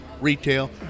retail